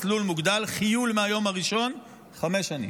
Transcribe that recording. מסלול מוגדל, חיול מהיום הראשון, חמש שנים.